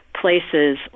places